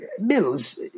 Mills